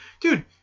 Dude